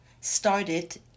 started